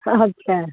साहब छै